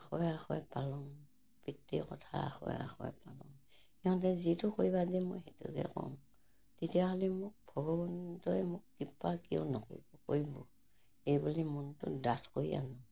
আখৰে আখৰে পালোঁং পিতৃৰ কথা আখৰে আখৰে পালোঁ সিহঁতে যিটো কৰিবা দিয়ে মই সেইটোকে কৰোঁ তেতিয়াহ'লে মোক ভগৱন্তই মোক কৃপা কিয় নকৰিত কৰিব এইবুলি মনটো ডাঠ কৰি আনোঁ